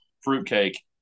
fruitcake